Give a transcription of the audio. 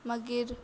मागीर